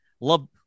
love